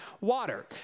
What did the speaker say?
water